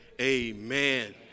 amen